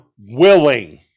willing